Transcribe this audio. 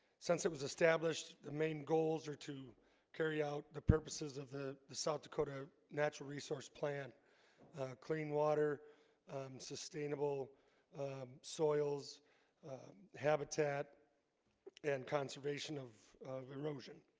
since that was established the main goals are to carry out the purposes of the the south dakota natural resource plan clean water sustainable soils habitat and conservation of of erosion